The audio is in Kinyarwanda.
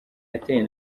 yateye